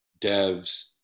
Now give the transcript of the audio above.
devs